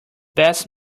best